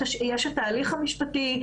יש את ההליך המשפטי,